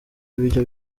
ibyo